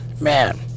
man